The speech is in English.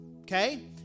Okay